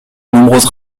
nombreuses